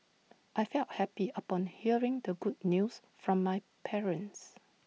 I felt happy upon hearing the good news from my parents